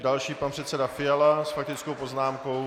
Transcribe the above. Další, pan předseda Fiala s faktickou poznámkou.